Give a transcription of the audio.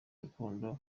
urukundo